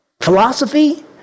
philosophy